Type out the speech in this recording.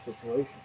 situation